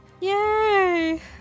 Yay